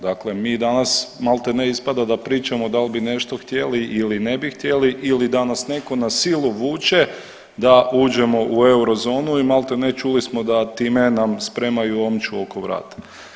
Dakle, mi danas maltene ispada da pričamo da li bi nešto htjeli ili ne bi htjeli ili da nas netko na silu vuče da uđemo u eurozonu i maltene čuli smo da time nam spremaju omču oko vrata.